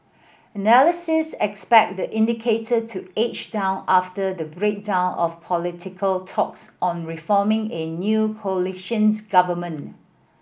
analysis expect the indicator to edge down after the breakdown of political talks on reforming a new coalitions government